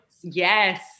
Yes